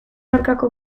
aurkako